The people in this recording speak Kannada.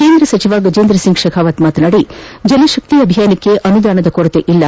ಕೇಂದ್ರ ಸಚಿವ ಗಜೇಂದ್ರ ಸಿಂಗ್ ಶೇಖಾವತ್ ಮಾತನಾಡಿ ಜಲ ಶಕ್ತಿ ಅಭಿಯಾನಕ್ಕೆ ಅನುದಾನದ ಕೊರತೆ ಇಲ್ಲ